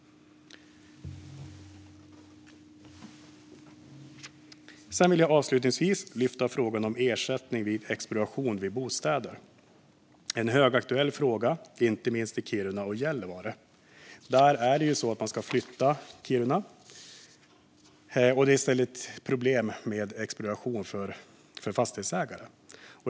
Jag vill avslutningsvis lyfta fram frågan om ersättning vid expropriation av bostäder. Det är en högaktuell fråga, inte minst i Kiruna och Gällivare. Man ska ju flytta Kiruna, och det ställer till med expropriation för fastighetsägare.